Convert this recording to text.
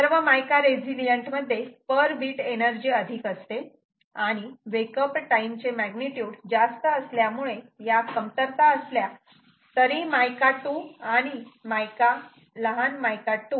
सर्व mica resilient मध्ये per beat energy अधिक असते आणि वेक अप टाईम चे मॅग्निट्यूड जास्त असल्यामुळे या कमतरता असल्या तरी मायका 2 आणि लहान मायका 2